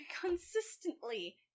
consistently-